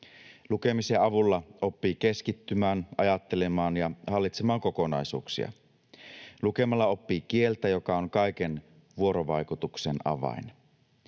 Lukemisen avulla oppii keskittymään, ajattelemaan ja hallitsemaan kokonaisuuksia. Lukemalla oppii kieltä, joka on kaiken vuorovaikutuksen avain.